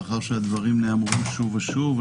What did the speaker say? מאחר שהדברים נאמרו שוב ושוב,